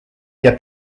jääb